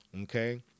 okay